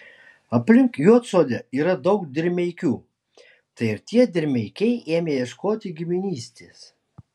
aplink juodsodę yra daug dirmeikių tai ir tie dirmeikiai ėmė ieškoti giminystės